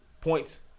points